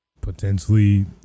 potentially